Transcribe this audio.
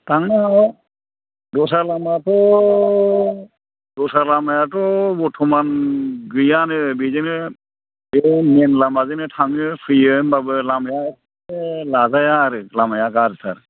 थांनो हागोन दस्रा लामायाथ' दस्रा लामायाथ' बर्थ'मान गैयानो बिदिनो बे मैन लामाजोंनो थाङो फैयो होनबाबो लामाया एक्के लाजाया आरो लामाया गाज्रिथार